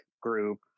group